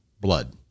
blood